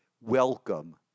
Welcome